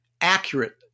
accurate